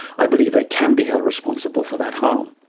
i believe they can be held responsible for that harm.